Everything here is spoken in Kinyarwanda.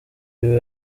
wiwe